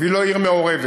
ולא עיר מעורבת.